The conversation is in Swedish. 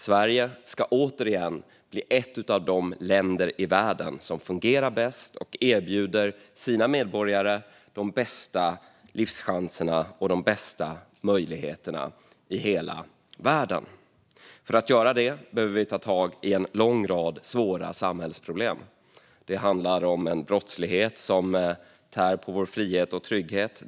Sverige ska återigen bli ett av de länder i världen som fungerar bäst och som erbjuder sina medborgare de bästa livschanserna och de bästa möjligheterna i hela världen. För att göra det behöver vi ta tag i en lång rad svåra samhällsproblem. Det handlar om att ta tag i en brottslighet som tär på vår frihet och trygghet.